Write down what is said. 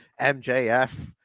MJF